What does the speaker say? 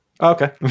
Okay